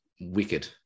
wicked